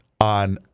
on